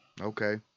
Okay